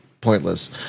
pointless